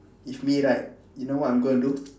if me right you know what I'm gonna do